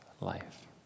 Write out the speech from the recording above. life